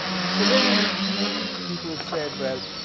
so then people said, well,